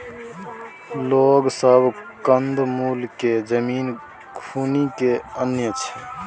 लोग सब कंद मूल केँ जमीन खुनि केँ आनय छै